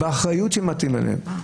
באחריות שמטילים עליהן.